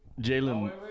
Jalen